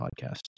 podcast